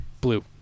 Blue